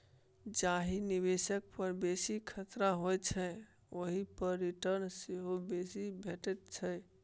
जाहि निबेश पर बेसी खतरा होइ छै ओहि पर रिटर्न सेहो बेसी भेटै छै